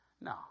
No